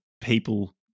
people